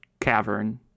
cavern